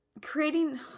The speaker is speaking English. creating